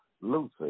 Lucy